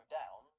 down